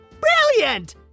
Brilliant